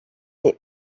est